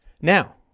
Now